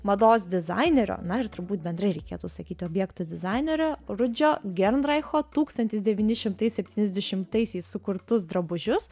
mados dizainerio na ir turbūt bendrai reikėtų sakyti objekto dizainerio rudžio gernraicho tūkstantis devyni šimtai septyniasdešimaisiais sukurtus drabužius